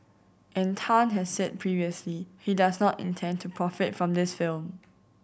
and Tan has said previously he does not intend to profit from this film